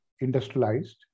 industrialized